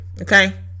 okay